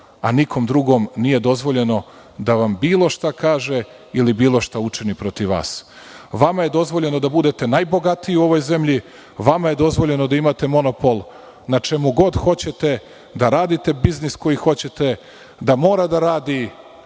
a nikom drugom nije dozvoljeno da vam bilo šta kaže, ili bilo šta učini protiv vas. Vama je dozvoljeno da budete najbogatiji u ovoj zemlji, vama je dozvoljeno da imate monopol na čemu god hoćete, da radite biznis koji hoćete, da mora da radi